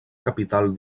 capital